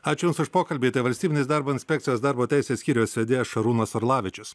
ačiū jums už pokalbį valstybinės darbo inspekcijos darbo teisės skyriaus vedėjas šarūnas orlavičius